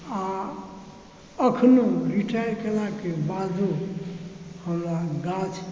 आ अखनो रिटायर केलाक बादो हमरा गाछ